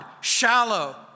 shallow